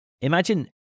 Imagine